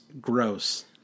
Gross